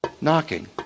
Knocking